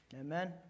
Amen